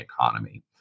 economy